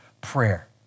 prayer